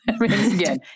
again